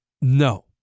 No